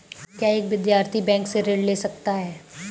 क्या एक विद्यार्थी बैंक से ऋण ले सकता है?